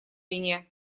линия